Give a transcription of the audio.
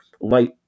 light